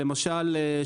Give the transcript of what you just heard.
למשל,